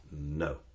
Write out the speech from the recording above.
no